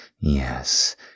yes